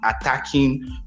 attacking